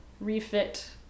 refit